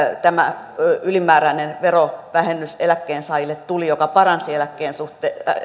tämä ylimääräinen verovähennys eläkkeensaajille tuli joka paransi eläkkeensaajien